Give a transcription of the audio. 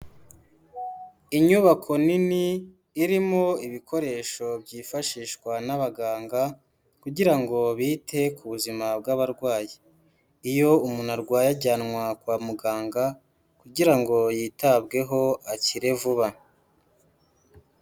Inyubako nini irimo ibikoresho byifashishwa n'abaganga kugira ngo bite ku buzima bw'abarwayi, iyo umuntu arwaye ajyanwa kwa muganga kugira ngo yitabweho akire vuba.